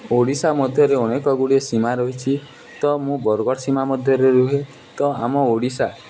ଓଡ଼ିଶା ମଧ୍ୟରେ ଅନେକ ଗୁଡ଼ିଏ ସୀମା ରହିଛି ତ ମୁଁ ବରଗଡ଼ ସୀମା ମଧ୍ୟରେ ରୁହେ ତ ଆମ ଓଡ଼ିଶା